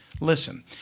listen